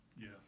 Yes